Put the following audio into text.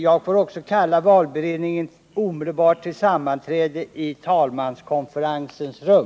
Jag får också kalla valberedningen till omedelbart sammanträde i talmanskonferensens rum.